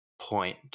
point